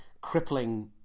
crippling